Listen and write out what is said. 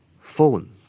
Phone